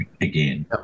again